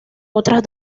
otras